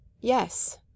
yes